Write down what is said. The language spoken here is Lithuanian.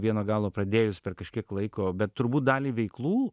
vieno galo pradėjus per kažkiek laiko bet turbūt dalį veiklų